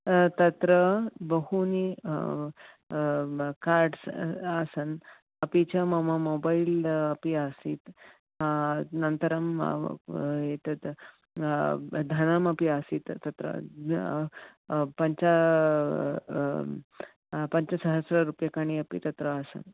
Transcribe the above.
तत्र बहूनि कार्डस् आसन् अपि च मम मोबैल अपि आसीत् अनन्तरम् एतत् धनमपि आसीत् तत्र पञ्च पञ्चसहस्ररूप्यकाणि अपि तत्र आसन्